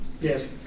Yes